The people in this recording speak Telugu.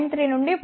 3 నుండి 0